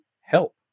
help